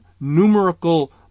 numerical